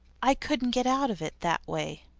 i couldn't get out of it that way.